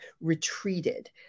retreated